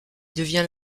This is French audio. devient